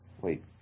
wait